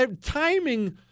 Timing